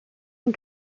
and